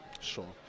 Sure